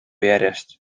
järjest